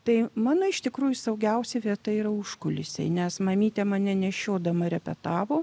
tai mano iš tikrųjų saugiausia vieta yra užkulisiai nes mamytė mane nešiodama repetavo